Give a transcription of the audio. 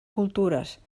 cultures